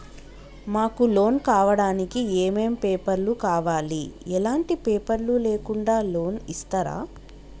మాకు లోన్ కావడానికి ఏమేం పేపర్లు కావాలి ఎలాంటి పేపర్లు లేకుండా లోన్ ఇస్తరా?